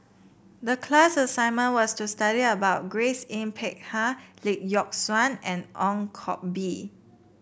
the class assignment was to study about Grace Yin Peck Ha Lee Yock Suan and Ong Koh Bee